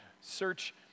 search